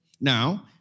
Now